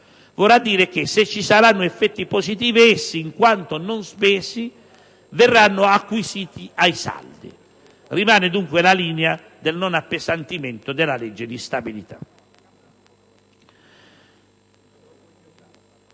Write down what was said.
Vorrà dire che, se ci saranno effetti positivi, essi, in quanto non spesi, verranno acquisiti ai saldi. Rimane dunque la linea del non appesantimento della legge di stabilità.